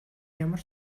ямар